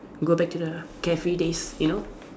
go back to the carefree days you know